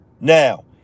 Now